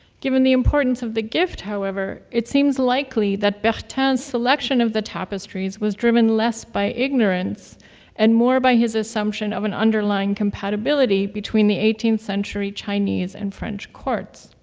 given the importance of the gift, however, it seems likely that bertin's selection of the tapestries was driven less by ignorance and more by his assumption of an underlying compatibility between the eighteenth century chinese and french courts.